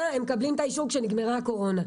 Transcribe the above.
והם מקבלים את האישור כשנגמרה הקורונה.